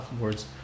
words